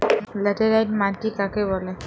Laterite মাটি কাকে বলে?